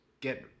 get